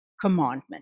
commandment